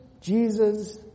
Jesus